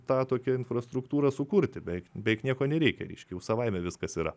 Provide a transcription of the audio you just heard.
tą tokią infrastruktūrą sukurti beveik beveik nieko nereikia reiškia jau savaime viskas yra